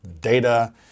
data